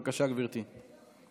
חבר הכנסת יעקב מרגי,